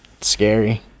scary